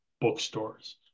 bookstores